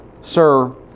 sir